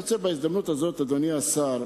אדוני השר,